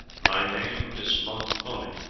my name is montepone.